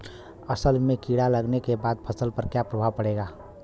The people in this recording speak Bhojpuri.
असल में कीड़ा लगने के बाद फसल पर क्या प्रभाव पड़ेगा?